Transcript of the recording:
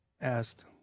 asked